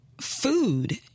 food